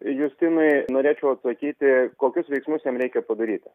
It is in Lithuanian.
justinai norėčiau atsakyti kokius veiksmus jam reikia padaryti